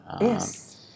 Yes